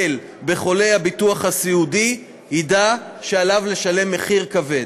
בחולי הביטוח הסיעודי ידע שעליו לשלם מחיר כבד.